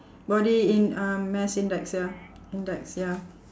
body in~ uh mass index ya index ya